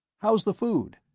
how's the food?